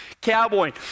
cowboy